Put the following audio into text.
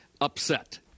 upset